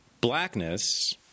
blackness